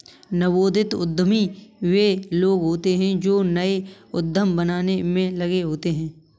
नवोदित उद्यमी वे लोग होते हैं जो नए उद्यम बनाने में लगे होते हैं